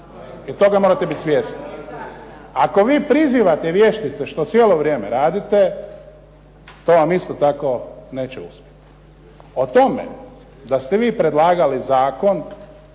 i toga morate biti svjesni. Ako vi prizivate vještice, što cijelo vrijeme radite, to vam isto tako neće uspjeti. A o tome da ste vi predlagali zakon